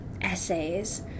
essays